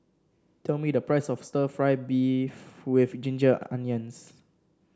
tell me the price of stir fry beef with Ginger Onions